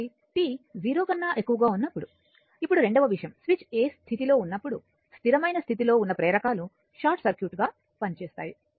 కాబట్టి t 0 కన్నా ఎక్కువగా ఉన్నప్పుడు ఇప్పుడు రెండవ విషయం స్విచ్ a స్థితిలో ఉన్నప్పుడు స్థిరమైన స్థితిలో ఉన్న ప్రేరకాలు షార్ట్ సర్క్యూట్ గా పనిచేస్తాయి